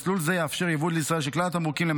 מסלול זה יאפשר יבוא של כלל התמרוקים לישראל,